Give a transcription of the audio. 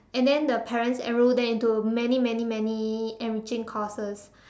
and then the parents enroll them into many many many enriching courses